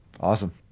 Awesome